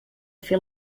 fer